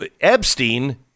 Epstein